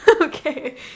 Okay